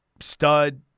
Stud